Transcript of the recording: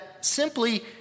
simply